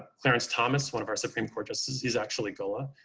clarence thomas, one of our supreme court justices, he's actually gulla.